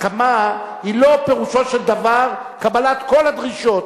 הסכמה זה לא, פירושו של דבר, קבלת כל הדרישות.